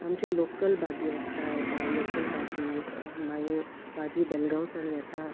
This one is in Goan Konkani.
आमचे लोकल भाजी आसता येता लोकल भाजी मागीर भाजी बेलगांव सण येता